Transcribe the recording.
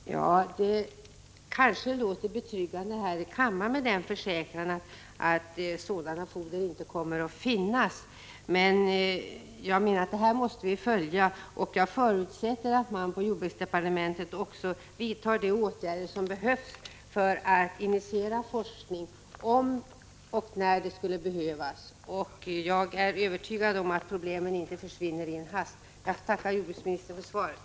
Fru talman! Det kanske låter betryggande här i kammaren med denna försäkran att sådant foder inte kommer att finnas. Men jag menar att vi måste följa den här frågan, och jag förutsätter att man inom jordbruksdepartementet vidtar de åtgärder som behövs för att initiera forskning, om och när det skulle behövas. Jag är övertygad om att problemet inte försvinner i en handvändning. Jag tackar jordbruksministern för svaret.